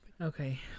Okay